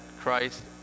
Christ